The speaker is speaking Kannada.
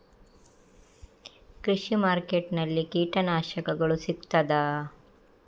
ಕೃಷಿಮಾರ್ಕೆಟ್ ನಲ್ಲಿ ಕೀಟನಾಶಕಗಳು ಸಿಗ್ತದಾ?